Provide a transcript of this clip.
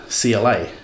CLA